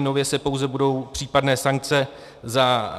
Nově se pouze budou případné sankce za